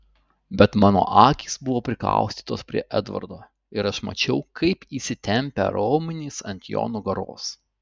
bet mano akys buvo prikaustytos prie edvardo ir aš mačiau kaip įsitempę raumenys ant jo nugaros